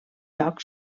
joc